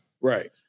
right